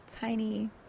tiny